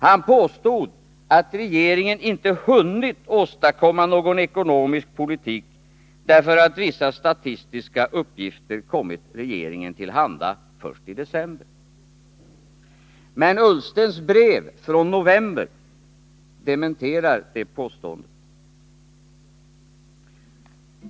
Han påstod att regeringen inte hunnit åstadkomma någon ekonomisk politik, därför att vissa statistiska uppgifter kommit regeringen till handa först i december. Men herr Ullstens brev i november dementerar det påståendet.